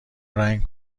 رنگ